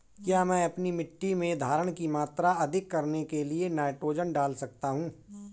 क्या मैं अपनी मिट्टी में धारण की मात्रा अधिक करने के लिए नाइट्रोजन डाल सकता हूँ?